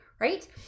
right